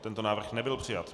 Tento návrh nebyl přijat.